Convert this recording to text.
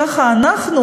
ככה אנחנו